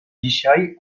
dzisiaj